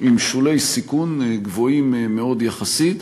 עם שולי סיכון גבוהים מאוד, יחסית.